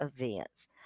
events